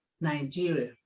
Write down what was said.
Nigeria